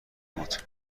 بود